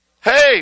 hey